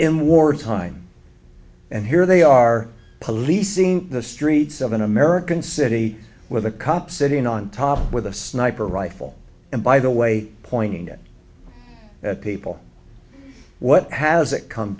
in war time and here they are policing the streets of an american city with a cop sitting on top with a sniper rifle and by the way pointing at people what has it come